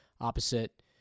opposite